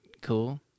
cool